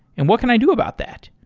and what can i do about that?